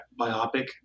biopic